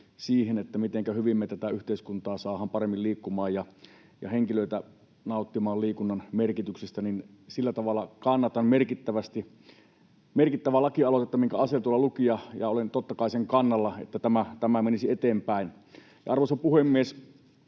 siihen, mitenkä hyvin me tätä yhteiskuntaa saadaan paremmin liikkumaan ja henkilöitä nauttimaan liikunnan merkityksestä. Sillä tavalla kannatan tätä merkittävää lakialoitetta, minkä Asell tuolla luki, ja olen, totta kai, sen kannalla, että tämä menisi eteenpäin. Arvoisa puhemies!